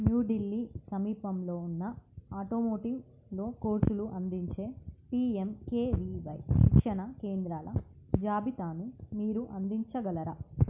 new Delhi సమీపంలో ఉన్న ఆటోమోటివ్లో కోర్సులు అందించే P M K V Y శిక్షణా కేంద్రాల జాబితాను మీరు అందించగలరా